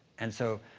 and so,